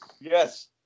Yes